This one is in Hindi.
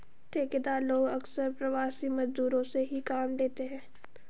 ठेकेदार लोग अक्सर प्रवासी मजदूरों से ही काम लेते हैं